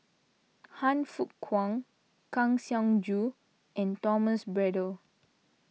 Han Fook Kwang Kang Siong Joo and Thomas Braddell